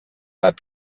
pas